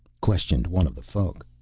questioned one of the folk.